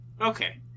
Okay